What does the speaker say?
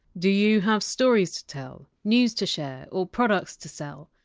do you have stories to tell, news to share, or products to sell?